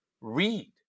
read